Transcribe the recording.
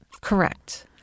Correct